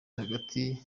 hagati